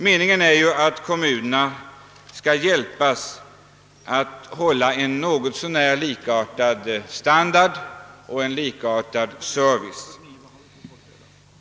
Meningen är att kommunerna skall få hjälp att hålla något så när lika standard och att ge någorlunda lika service.